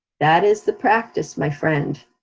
that is the practice, my friend,